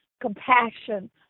compassion